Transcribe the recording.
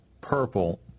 purple